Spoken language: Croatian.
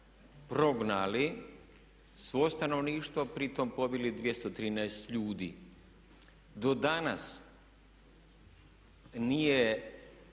prognali svo stanovništvo, pritom pobili 213. ljudi. Do danas nije